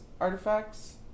Artifacts